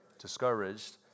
discouraged